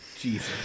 Jesus